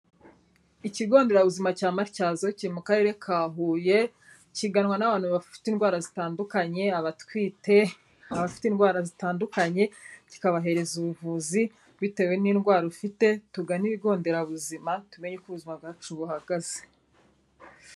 Ikigo nderabuzima cya Matyazo kiri mu karere ka Huye, kiganwa n'abantu bafite indwara zitandukanye, abatwite, abafite indwara zitandukanye kikabahereza ubuvuzi bitewe n'indwara ufite, tugane ibigo nderabuzima tumenye uko ubuzima bwacu buhagaze.